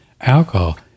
alcohol